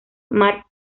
mark